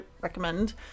recommend